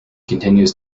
continues